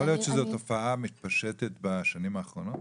יכול להיות שזו תופעה מתפשטת בשנים האחרונות,